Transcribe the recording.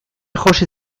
josi